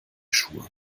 schuhe